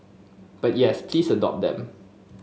but yes please adopt them